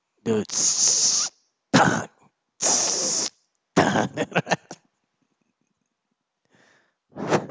the